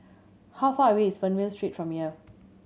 how far away is Fernvale Street from here